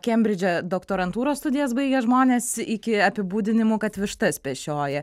kembridže doktorantūros studijas baigę žmonės iki apibūdinimų kad vištas pešioja